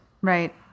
Right